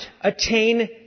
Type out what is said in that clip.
attain